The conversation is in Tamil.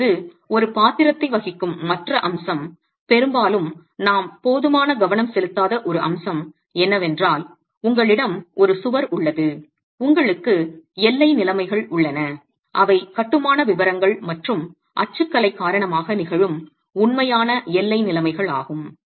இப்போது ஒரு பாத்திரத்தை வகிக்கும் மற்ற அம்சம் பெரும்பாலும் நாம் போதுமான கவனம் செலுத்தாத ஒரு அம்சம் என்னவென்றால் உங்களிடம் ஒரு சுவர் உள்ளது உங்களுக்கு எல்லை நிலைமைகள் உள்ளன அவை கட்டுமான விவரங்கள் மற்றும் அச்சுக்கலை காரணமாக நிகழும் உண்மையான எல்லை நிலைமைகளாகும்